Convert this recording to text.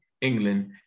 England